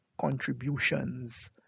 contributions